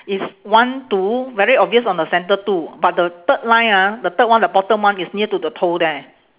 is one two very obvious on the centre two but the third line ah the third one the bottom one is near to the toe there